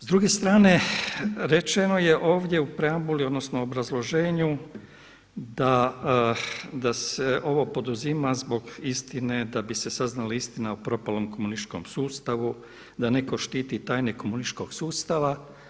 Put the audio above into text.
S druge strane, rečeno je ovdje u preambuli odnosno u obrazloženju da se ovo poduzima zbog istine da bi se saznala istina o propalom komunističkom sustavu, da neko štiti tajne komunističkog sustava.